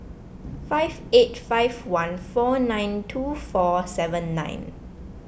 five eight five one four nine two four seven nine